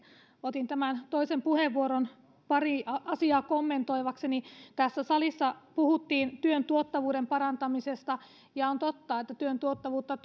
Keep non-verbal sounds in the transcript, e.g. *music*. otin tämän toisen puheenvuoron paria asiaa kommentoidakseni tässä salissa puhuttiin työn tuottavuuden parantamisesta ja on totta että työn tuottavuutta *unintelligible*